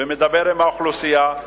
ומדבר עם האוכלוסייה,